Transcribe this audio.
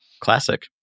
Classic